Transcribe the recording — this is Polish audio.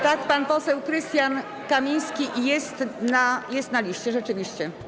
Tak, pan poseł Krystian Kamiński jest na liście, rzeczywiście.